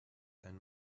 and